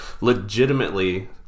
Legitimately